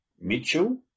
Mitchell